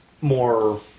more